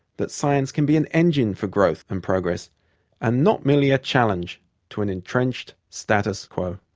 that science can be an engine for growth and progress and not merely a challenge to an entrenched status quo.